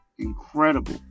incredible